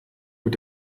mit